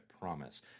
promise